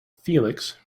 felix